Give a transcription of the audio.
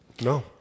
no